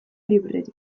librerik